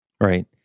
right